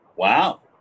Wow